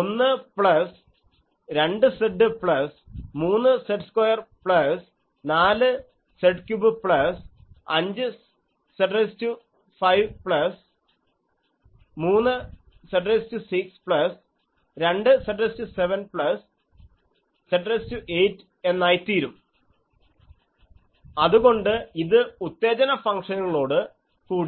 1 plus 2Z plus 3Z2 plus 4Z3 plus 5Z5 plus 3Z6 plus 2Z7 plus Z8 എന്നായിത്തീരും